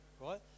right